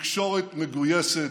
תקשורת מגויסת,